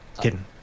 kidding